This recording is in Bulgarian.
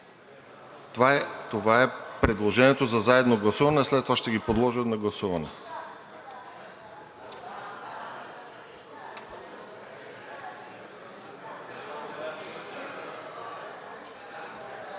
Това е предложението за заедно гласуване, а след това ще ги подложа на гласуване.